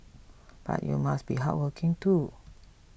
but you must be hardworking too